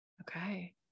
Okay